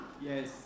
Yes